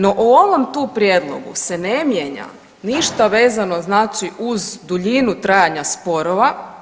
No, o ovom tu prijedlogu se ne mijenja ništa vezano znači uz duljinu trajanja sporova.